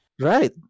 Right